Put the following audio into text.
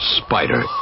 spider